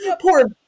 Poor